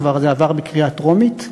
זה כבר עבר בקריאה טרומית.